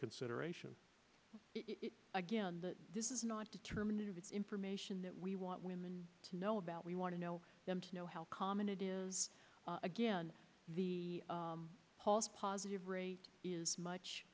consideration again that this is not determinative information that we want women to know about we want to know them to know how common it is again the false positive rate is much